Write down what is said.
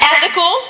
Ethical